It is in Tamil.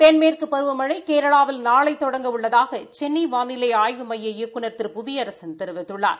தென்மேற்கு பருவமழை கேரளாவில் நாளை தொடங்க உள்ளதாக சென்ளை வாளிலை ஆய்வு மையத்தின் இயக்குநர் திரு புவியரசன் தெரிவித்துள்ளார்